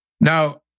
Now